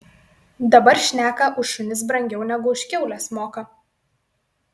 dabar šneka už šunis brangiau negu už kiaules moka